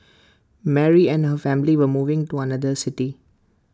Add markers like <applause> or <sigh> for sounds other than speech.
<noise> Mary and her family were moving to another city